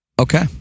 Okay